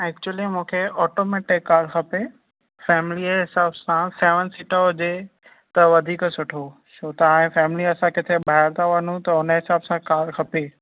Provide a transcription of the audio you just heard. actually मूंखे automatic car खपे फैमिलीअ हिसाब सां सेवन सीटर हुजे त वधीक सुठो छो त हाणे फैमिली असां किथे ॿाहिरि था वञूं त हुन हिसाब सां कार खपे